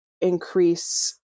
increase